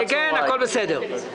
הכול בסדר.